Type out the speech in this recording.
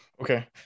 Okay